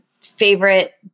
favorite